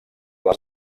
les